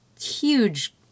huge